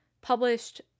published